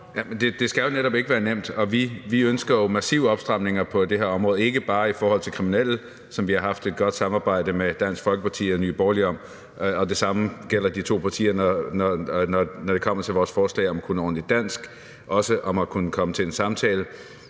Det skal netop ikke være nemt, og vi ønsker jo massive opstramninger på det her område – ikke bare i forhold til kriminelle, som vi har haft et godt samarbejde med Dansk Folkeparti og Nye Borgerlige om, og det samme gælder de to partier, når det kommer til vores forslag om at kunne ordentligt dansk og også om at kunne komme til en samtale.